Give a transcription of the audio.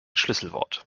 schlüsselwort